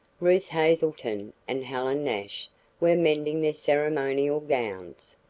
ruth hazelton and helen nash were mending their ceremonial gowns.